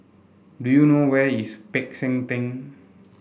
do you know where is Peck San Theng